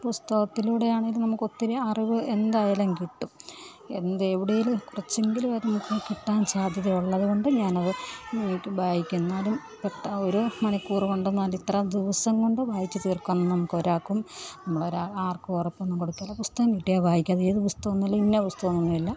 പുസ്തകത്തിലൂടെ ആണെങ്കിലും നമുക്ക് ഒത്തിരി അറിവ് എന്തായാലും കിട്ടും എന്ത് എവിടെ എങ്കിലും കുറച്ചെങ്കിലും അത് കിട്ടാൻ സാധ്യതയുള്ളത് കൊണ്ട് ഞാൻ അത് വീണ്ടും വായിക്കും എന്നാലും പെട്ടെൻ ഒരു മണിക്കൂർ കൊണ്ടു അല്ല ഇത്ര ദിവസം കൊണ്ടോ വായിച്ച് തീർക്കാൻ നമുക്ക് ഒരാൾക്കും നമ്മൾ ഒരാൾക്കും ആർക്കും ഉറപ്പൊന്നും കൊടുക്കുകയില്ല പുസ്തകം കിട്ടിയാൽ വായിക്കും അത് ഏത് പുസ്തകം എന്നില്ല ഇന്ന പുസ്തകം എന്നില്ല